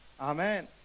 Amen